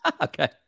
Okay